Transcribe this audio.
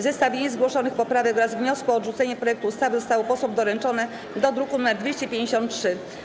Zestawienie zgłoszonych poprawek oraz wniosku o odrzucenie projektu ustawy zostało posłom doręczone do druku nr 253.